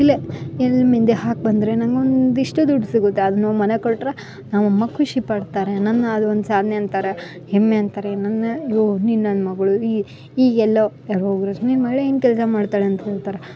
ಇಲ್ಲೆ ಹಾಕಿ ಬಂದರೆ ನಮಗೊಂದಿಷ್ಟು ದುಡ್ಡು ಸಿಗುತ್ತೆ ಅದು ನಾವು ಮನೆಗ ಕೊಟ್ಟರೆ ನಮ್ಮಮ್ಮ ಖುಷಿ ಪಡ್ತಾರೆ ನನ್ನ ಅದು ಒಂದು ಸಾಧ್ನೆ ಅಂತಾರೆ ಹೆಮ್ಮೆ ಅಂತಾರೆ ನನ್ನ ಓ ನೀನು ನನ್ನ ಮಗಳು ಈ ಈ ಎಲ್ಲೋ ಯಾರೋ ಒಬ್ಬರು ನಿಮ್ಮ ಮಗ್ಳೇನು ಕೆಲಸಾನ ಮಾಡ್ತಾಳೆ ಅಂತ ಕೇಳ್ತಾರೆ